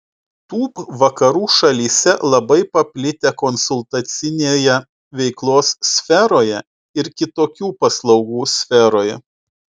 tūb vakarų šalyse labai paplitę konsultacinėje veiklos sferoje ir kitokių paslaugų sferoje